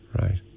Right